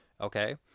okay